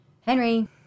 Henry